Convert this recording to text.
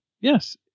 Yes